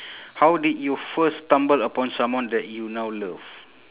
how did you first stumble upon someone that you now love